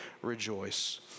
rejoice